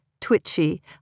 twitchy